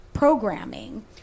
programming